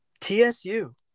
TSU